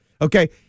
Okay